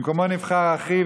במקומו נבחר אחיו,